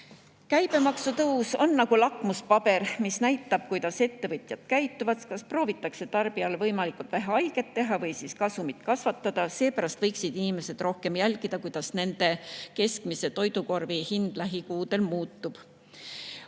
Käibemaksu tõus on nagu lakmuspaber, mis näitab, kuidas ettevõtjad käituvad, kas proovitakse tarbijale võimalikult vähe haiget teha või kasumit kasvatada. Seepärast võiksid inimesed rohkem jälgida, kuidas nende keskmise toidukorvi hind lähikuudel muutub.